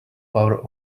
power